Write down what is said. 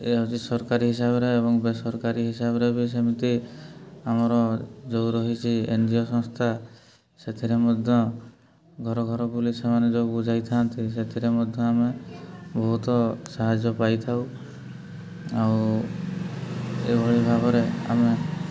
ଏ ହେଉଛି ସରକାରୀ ହିସାବରେ ଏବଂ ବେସରକାରୀ ହିସାବରେ ବି ସେମିତି ଆମର ଯୋଉ ରହିଛି ଏନ୍ଜିଓ ସଂସ୍ଥା ସେଥିରେ ମଧ୍ୟ ଘର ଘର ବୁଲି ସେମାନେ ଯୋଉ ବୁଝାଇଥାନ୍ତି ସେଥିରେ ମଧ୍ୟ ଆମେ ବହୁତ ସାହାଯ୍ୟ ପାଇଥାଉ ଆଉ ଏଭଳି ଭାବରେ ଆମେ